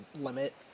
limit